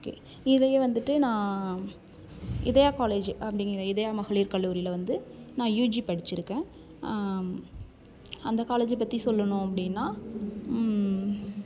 okay இதுலேயே வந்துட்டு நான் இதயா காலேஜ் அப்படிங்கிற இதயா மகளிர் கல்லூரியில வந்து நான் யுஜி படிச்சிருக்கேன் அந்த காலேஜை பற்றி சொல்லணும் அப்படினா